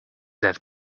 that